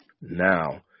Now